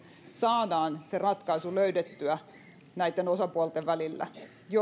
saadaan ratkaisu löydettyä näitten osapuolten välillä